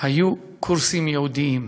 היו קורסים ייעודיים,